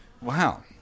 Wow